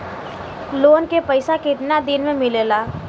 Loan के पैसा कितना दिन मे मिलेला?